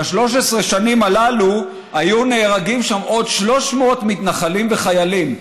ב-13 השנים הללו היו נהרגים שם עוד 300 מתנחלים וחיילים.